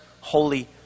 holy